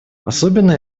особенно